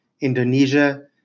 Indonesia